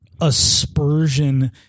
aspersion-